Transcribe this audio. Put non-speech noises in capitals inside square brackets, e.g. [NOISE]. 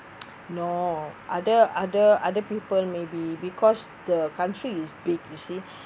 no other other other people maybe because the country is big you see [BREATH]